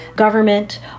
government